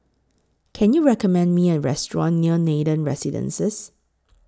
Can YOU recommend Me A Restaurant near Nathan Residences